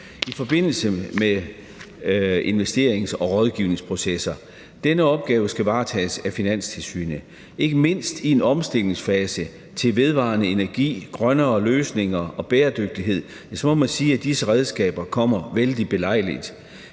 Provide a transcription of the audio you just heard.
i forbindelse med investerings- og rådgivningsprocesser. Denne opgave skal varetages af Finanstilsynet. Ikke mindst i en omstillingsfase til vedvarende energi, grønnere løsninger og bæredygtighed må man sige, at disse redskaber kommer vældig belejligt.